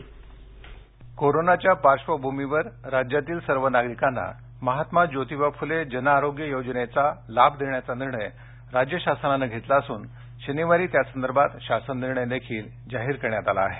जनारोग्य कोरोनाच्या पार्श्वभूमीवर राज्यातील सर्व नागरिकांना महात्मा ज्योतिबा फुले जन आरोग्य योजनेचा लाभ देण्याचा निर्णय राज्य शासनाने घेतला असून शनिवारी त्यासंदर्भात शासन निर्णय देखील जाहीर करण्यात आला आहे